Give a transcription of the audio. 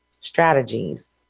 strategies